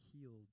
healed